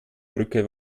brücke